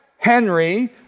Henry